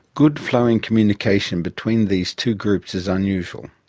good, flowing communication between these two groups is unusual.